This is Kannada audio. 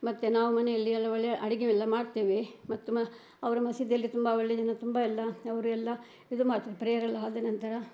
ಮತ್ತೆ ನಾವು ಮನೇಲ್ಲಿ ಎಲ್ಲ ಒಳ್ಳೆ ಅಡುಗೆ ಎಲ್ಲ ಮಾಡ್ತೇವೆ ಮತ್ತು ಮ ಅವರ ಮಸೀದಿಯಲ್ಲಿ ತುಂಬ ಒಳ್ಳೆ ದಿನ ತುಂಬ ಎಲ್ಲ ಅವರೆಲ್ಲ ಇದು ಮಾಡ್ತಾ ಪ್ರೇಯರೆಲ್ಲ ಆದ ನಂತರ